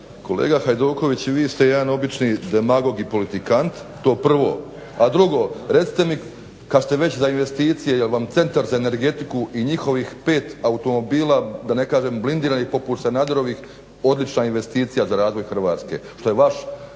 Kolega Hajduković, vi ste jedan obični demagog i politikant, to prvo. A drugo, recite mi kad ste već za investicije jel vam Centar za energetiku i njihovih pet automobila, da ne kažem blindiranih poput Sanaderovih, odlična investicija za razvoj Hrvatske, što je vaš